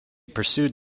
pursued